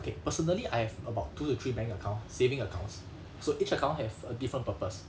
okay personally I have about two to three bank account saving accounts so each account have a different purpose